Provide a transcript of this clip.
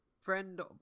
friend